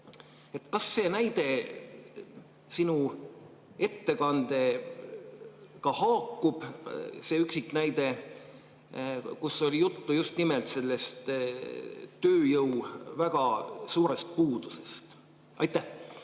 Kas see näide sinu ettekandega haakub, see üksiknäide, kus oli juttu just nimelt sellest tööjõu väga suurest puudusest? Hea